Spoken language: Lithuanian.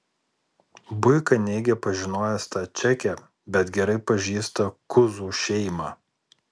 buika neigia pažinojęs tą čekę bet gerai pažįsta kuzų šeimą